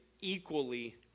equally